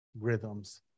rhythms